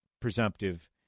presumptive